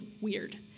weird